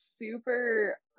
super